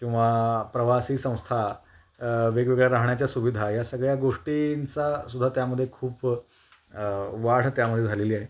किंवा प्रवासी संस्था वेगवेगळ्या राहण्याच्या सुविधा या सगळ्या गोष्टींचासुद्धा त्यामध्ये खूप वाढ त्यामध्ये झालेली आहे